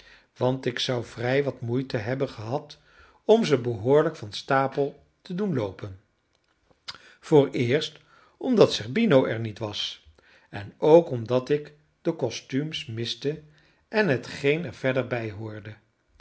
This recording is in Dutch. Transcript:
want ik zou vrij wat moeite hebben gehad om ze behoorlijk van stapel te doen loopen vooreerst omdat zerbino er niet was en ook omdat ik de costumes miste en hetgeen er verder bijhoorde